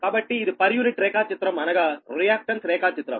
కాబట్టి ఇది per unit రేఖాచిత్రం అనగా రియాక్టన్స్ రేఖాచిత్రం